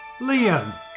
Liam